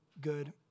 good